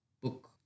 book